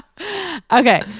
okay